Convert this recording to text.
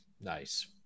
Nice